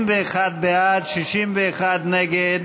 51 בעד, 61 נגד,